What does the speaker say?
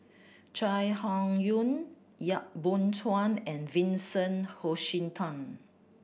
Chai Hon Yoong Yap Boon Chuan and Vincent Hoisington